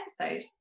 episode